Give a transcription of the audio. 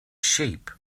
sheep